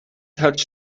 touch